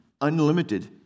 unlimited